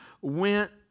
went